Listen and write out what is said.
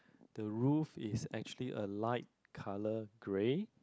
the roof is actually a light colour grey